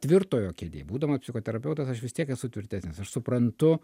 tvirtojo kėdėj būdamas psichoterapeutas aš vis tiek esu tvirtesnis aš suprantu